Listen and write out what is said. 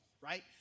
right